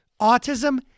autism